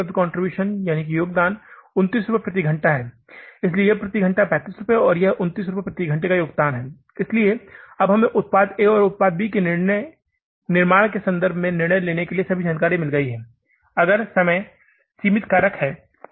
यहां उपलब्ध योगदान 29 रुपये प्रति घंटा है इसलिए यह प्रति घंटे 35 रुपये 29 रुपये का योगदान है इसलिए अब हमें उत्पाद ए और बी के निर्माण के संबंध में निर्णय लेने के लिए सभी जानकारी मिल गई है अगर समय सीमित कारक है